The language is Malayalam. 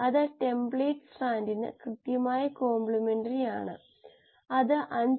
അതിൻറെ തത്വങ്ങളും ഉപയോഗപ്രദമാകുമായിരുന്നു എന്നു കരുതുന്നു